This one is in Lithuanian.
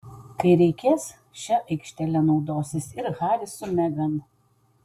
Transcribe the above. kai reikės šia aikštele naudosis ir haris su megan